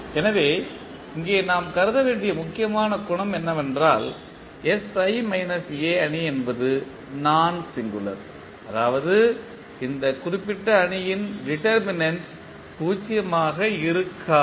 எனவே இங்கே நாம் கருத வேண்டிய முக்கியமான குணம் என்னவென்றால் sI A அணி என்பது நான் சிங்குளர் அதாவது இந்த குறிப்பிட்ட அணியின் டிடர்மினென்ட் 0 க்கு சமமாக இருக்காது